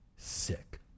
sick